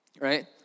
right